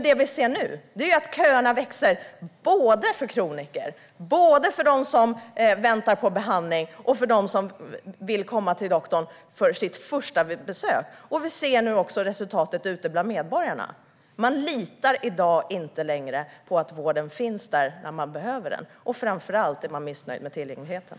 Det vi nu ser är att köerna växer både för kroniker, för dem som väntar på behandling och för dem som vill komma till doktorn på ett första besök. Vi ser nu resultatet ute bland medborgarna. Man litar i dag inte längre på att vården finns där när man behöver den, och framför allt är man missnöjd med tillgängligheten.